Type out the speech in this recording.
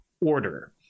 order